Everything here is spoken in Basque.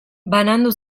banandu